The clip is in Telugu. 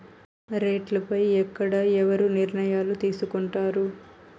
రేట్లు పై ఎక్కడ ఎవరు నిర్ణయాలు తీసుకొంటారు?